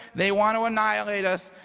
they want to annihilate us.